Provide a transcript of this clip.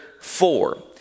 four